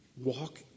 Walk